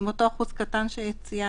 עם אותו אחוז קטן שציינת